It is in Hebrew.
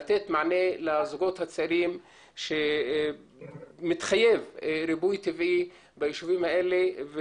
לתת מענה לזוגות הצעירים שמחייב ריבוי טבעי ביישובים האלה,